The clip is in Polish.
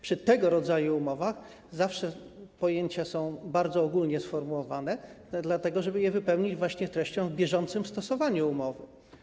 Przy tego rodzaju umowach zawsze pojęcia są bardzo ogólnie sformułowane, dlatego żeby je właśnie wypełnić treścią w trakcie bieżącego stosowania umowy.